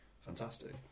fantastic